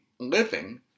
living